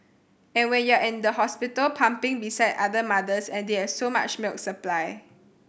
and when you're at the hospital pumping beside other mothers and they have so much milk supply